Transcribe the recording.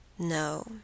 No